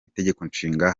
itegekonshinga